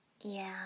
Yeah